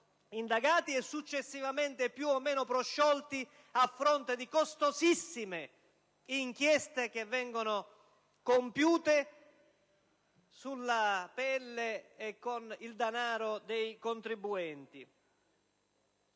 indagati e successivamente più o meno prosciolti, a fronte di costosissime inchieste compiute sulla pelle e con il danaro dei contribuenti.